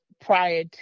prior